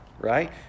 right